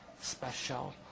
special